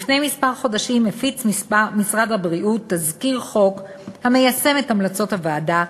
לפני כמה חודשים הפיץ משרד הבריאות תזכיר חוק המיישם את המלצות הוועדה.